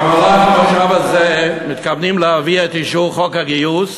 במהלך המושב הזה מתכוונים להביא לאישור את חוק הגיוס